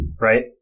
right